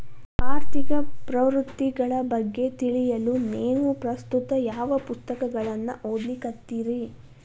ಆರ್ಥಿಕ ಪ್ರವೃತ್ತಿಗಳ ಬಗ್ಗೆ ತಿಳಿಯಲು ನೇವು ಪ್ರಸ್ತುತ ಯಾವ ಪುಸ್ತಕಗಳನ್ನ ಓದ್ಲಿಕತ್ತಿರಿ?